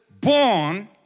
born